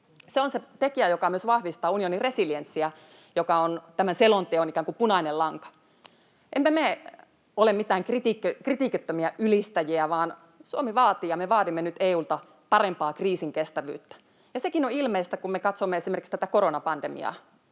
Se on se tekijä, joka vahvistaa myös unionin resilienssiä, joka on tämän selonteon ikään kuin punainen lanka. Emme me ole mitään kritiikittömiä ylistäjiä, vaan Suomi vaatii ja me vaadimme nyt EU:lta parempaa kriisinkestävyyttä. Ja sekin on ilmeistä, kun me katsomme esimerkiksi tätä koronapandemiaa.